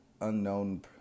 unknown